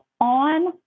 on